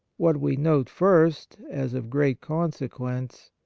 what we note first as of great consequence,